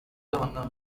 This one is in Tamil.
அழுத